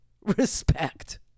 respect